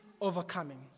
overcoming